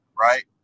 right